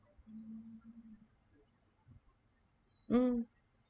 mm